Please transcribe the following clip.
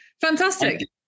Fantastic